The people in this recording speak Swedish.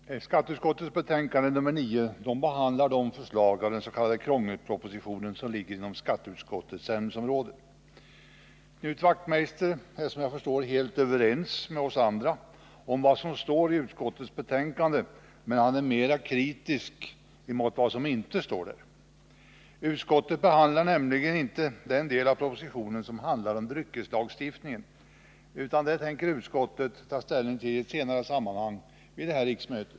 Herr talman! Skatteutskottets betänkande nr 9 behandlar de förslag från den s.k. krångelpropositionen som ligger inom skatteutskottets ämnesområde. Knut Wachtmeister är som jag förstår helt överens med oss andra om vad som står i utskottets betänkande, men han är mera kritisk mot vad som inte står där. Utskottet behandlar nämligen inte den del av propositionen som handlar om dryckeslagstiftningen, utan denna tänker utskottet ta ställning till i ett senare sammanhang vid detta riksmöte.